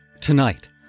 Tonight